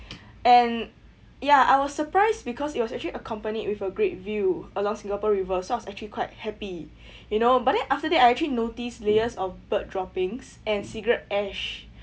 and ya I was surprised because it was actually accompanied with a great view along singapore river so I was actually quite happy you know but then after that I actually noticed layers of bird droppings and cigarette ash